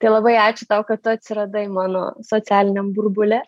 tai labai ačiū tau kad tu atsiradai mano socialiniam burbule